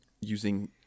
using